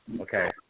Okay